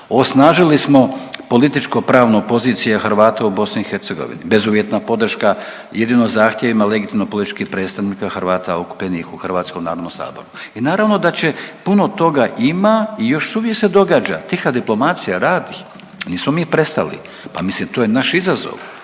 osnažili smo političko-pravno pozicije Hrvata u BiH, bezuvjetna podrška jedino zahtjevima legitimno političkih predstavnika Hrvata okupljenih u Hrvatskom narodnom saboru. I naravno da će, puno toga ima i još uvijek se događa, tiha diplomacija radi, nismo mi prestali. Pa mislim, to je naš izazov,